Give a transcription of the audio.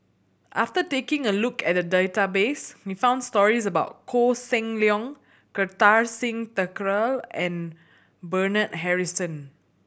after taking a look at the database we found stories about Koh Seng Leong Kartar Singh Thakral and Bernard Harrison